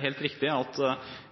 helt riktig at